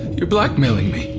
you're blackmailing me!